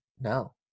No